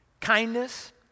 kindness